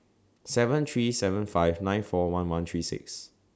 seven three seven five nine four one one three six